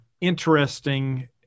interesting